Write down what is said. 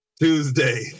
tuesday